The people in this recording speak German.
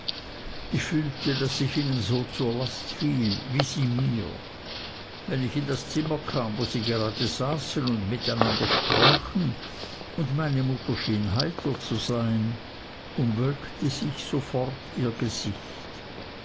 ich fühlte daß ich ihnen so zur last fiel wie sie mir wenn ich in das zimmer kam wo sie gerade saßen und miteinander sprachen und meine mutter schien heiter zu sein umwölkte sich sofort ihr gesicht